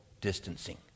distancing